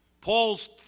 Paul's